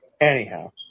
Anyhow